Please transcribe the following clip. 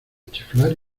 chiflar